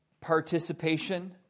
participation